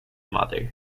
mother